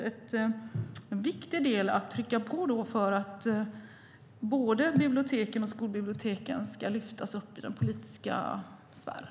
En viktig del är att trycka på för att både biblioteken och skolbiblioteken ska lyftas upp i den politiska sfären.